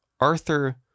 arthur